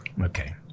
Okay